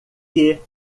que